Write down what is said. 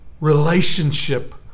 relationship